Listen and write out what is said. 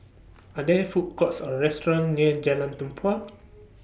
Are There Food Courts Or restaurants near Jalan Tempua